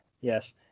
Yes